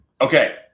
Okay